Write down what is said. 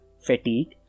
fatigue